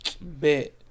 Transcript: bet